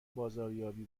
بازاریابی